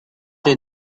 the